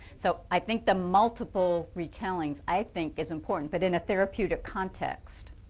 so i think the multiple retelling i think is important but in a therapeutic context.